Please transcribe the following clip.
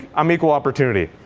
i'm equal opportunity.